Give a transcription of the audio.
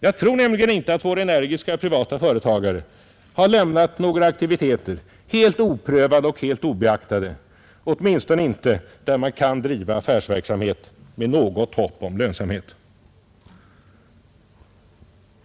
Jag tror nämligen inte att våra energiska privatföretagare har lämnat några aktiviteter helt oprövade och helt obeaktade, åtminstone inte där man kan driva affärsverksamhet med något hopp om lönsamhet.